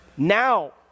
Now